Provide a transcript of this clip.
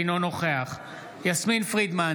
אינו נוכח יסמין פרידמן,